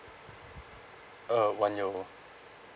uh one year old